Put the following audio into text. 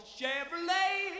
Chevrolet